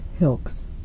Hilks